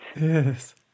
Yes